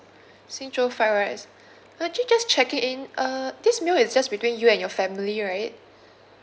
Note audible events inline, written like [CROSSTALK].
[BREATH] xing zhou fried rice [BREATH] actually just checking in uh this meal is just between you and your family right